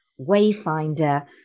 wayfinder